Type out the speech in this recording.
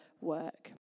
work